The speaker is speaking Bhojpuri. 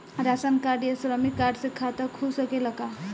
राशन कार्ड या श्रमिक कार्ड से खाता खुल सकेला का?